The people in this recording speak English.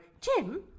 Jim